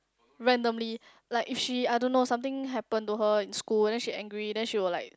randomly like if she I don't know something happen to her in school and then she angry then she will like